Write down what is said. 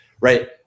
right